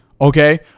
Okay